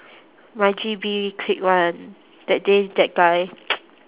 my G_B clique one that day that guy